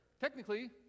Technically